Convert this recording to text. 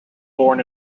born